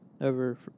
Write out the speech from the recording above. over